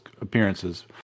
appearances